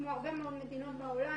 כמו בהרבה מאוד מדינות בעולם,